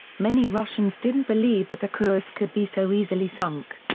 many russians didn't believe that the kursk could be so easily sunk.